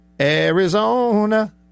Arizona